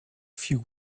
few